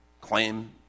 claim